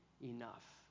enough